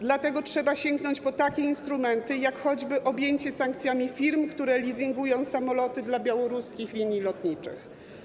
Dlatego trzeba sięgnąć po takie instrumenty, jak choćby objęcie sankcjami firm, które leasingują samoloty dla białoruskich linii lotniczych.